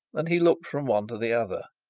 and he looked from one to the other.